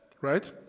right